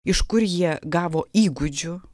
iš kur jie gavo įgūdžių